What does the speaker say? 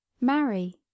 marry